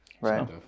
Right